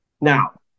Now